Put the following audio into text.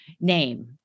name